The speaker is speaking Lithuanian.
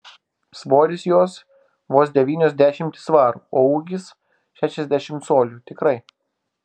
svoris jos vos devynios dešimtys svarų o ūgis šešiasdešimt colių tikrai